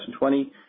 2020